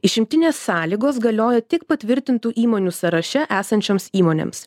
išimtinės sąlygos galioja tik patvirtintų įmonių sąraše esančioms įmonėms